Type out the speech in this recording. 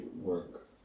work